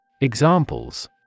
Examples